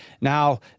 Now